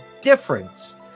difference